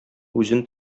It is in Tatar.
үзен